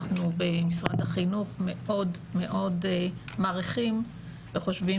אנחנו במשרד החינוך מאוד מאוד מעריכים וחושבים